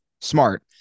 smart